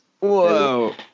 Whoa